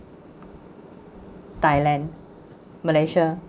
thailand malaysia